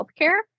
healthcare